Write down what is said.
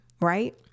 right